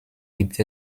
gibt